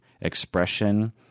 expression